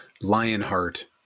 lionheart